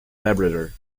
labrador